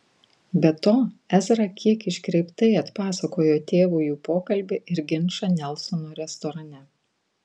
be to ezra kiek iškreiptai atpasakojo tėvui jų pokalbį ir ginčą nelsono restorane